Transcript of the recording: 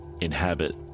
inhabit